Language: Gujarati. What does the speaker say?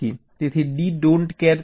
તેથી D don't care don't care થઈ શકે